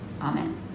Amen